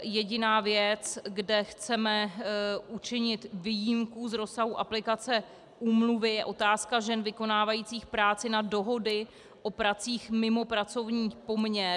Jediná věc, kde chceme učinit výjimku z rozsahu aplikace úmluvy, je otázka žen vykonávajících práci na dohody o pracích mimo pracovní poměr.